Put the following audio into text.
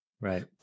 Right